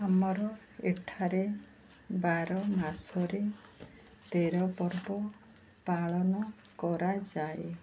ଆମର ଏଠାରେ ବାର ମାସରେ ତେର ପର୍ବ ପାଳନ କରାଯାଏ